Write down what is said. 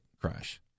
crash